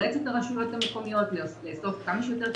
לתמרץ את הרשויות המקומיות לאסוף כמה שיותר כלבים.